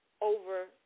over